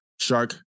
Shark